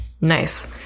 Nice